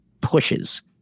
pushes